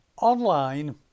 online